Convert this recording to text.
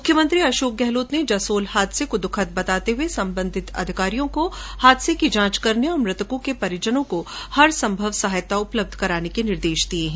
मुख्यमंत्री अशोक गहलोत ने जसोल हादसे को दुखद बताते हुये संबंधित अधिकारियों को हादसे की जांच करने और मृतकों के परिजनों को हरसंभव सहायता उपलब्ध कराने के निर्देश दिये हैं